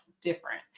different